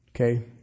Okay